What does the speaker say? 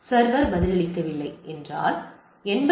server பதிலளிக்கவில்லை என்றால் 87